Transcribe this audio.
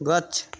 गछ